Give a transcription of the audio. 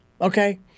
Okay